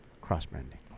cross-branding